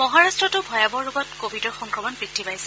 মহাৰাট্টতো ভয়াৱহ ৰূপত কোভিডৰ সংক্ৰমণ বৃদ্ধি পাইছে